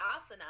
asana